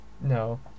no